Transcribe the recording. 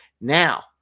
Now